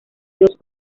dios